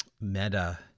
meta